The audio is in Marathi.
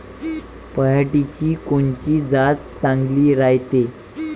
पऱ्हाटीची कोनची जात चांगली रायते?